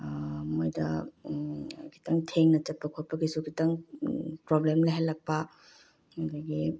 ꯃꯣꯏꯗ ꯈꯤꯇꯪ ꯊꯦꯡꯅ ꯆꯠꯄ ꯈꯣꯠꯄꯒꯤꯁꯨ ꯈꯤꯇꯪ ꯄ꯭ꯔꯣꯕ꯭ꯂꯦꯝ ꯂꯩꯍꯜꯂꯛꯄ ꯑꯗꯒꯤ